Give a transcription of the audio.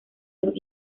los